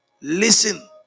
Listen